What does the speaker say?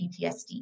PTSD